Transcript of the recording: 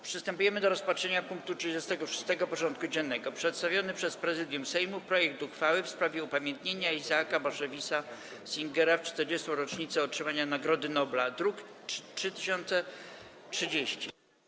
Przystępujemy do rozpatrzenia punktu 36. porządku dziennego: Przedstawiony przez Prezydium Sejmu projekt uchwały w sprawie upamiętnienia Isaaca Bashevisa Singera w 40. rocznicę otrzymania Nagrody Nobla (druk nr 3030)